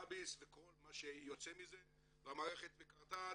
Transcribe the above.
הקנאביס וכל מה שיוצא מזה והמערכת מקרטעת